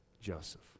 Joseph